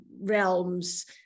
realms